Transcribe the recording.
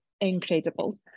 incredible